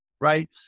right